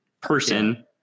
person